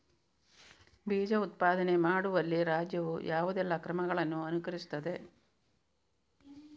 ಬೀಜ ಉತ್ಪಾದನೆ ಮಾಡುವಲ್ಲಿ ರಾಜ್ಯವು ಯಾವುದೆಲ್ಲ ಕ್ರಮಗಳನ್ನು ಅನುಕರಿಸುತ್ತದೆ?